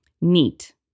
Neat